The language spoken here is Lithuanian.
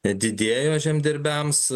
didėjo žemdirbiams